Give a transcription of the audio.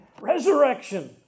resurrection